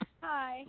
Hi